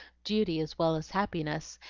duty as well as happiness,